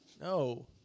No